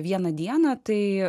vieną dieną tai